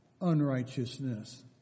unrighteousness